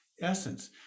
essence